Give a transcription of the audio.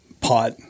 pot